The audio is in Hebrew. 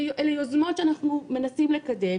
אלה יוזמות שאנחנו מנסים לקדם.